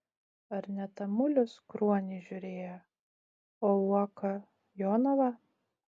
ar ne tamulis kruonį žiūrėjo o uoka jonavą